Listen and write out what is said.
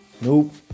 Nope